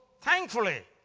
thankfully